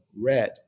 red